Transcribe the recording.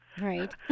Right